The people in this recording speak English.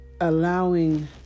allowing